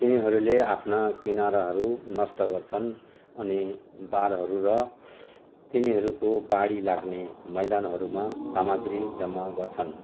तिनीहरूले आफ्ना किनाराहरू नष्ट गर्छन् अनि बारहरू र तिनीहरूको बाढी लाग्ने मैदानहरूमा सामग्री जम्मा गर्छन्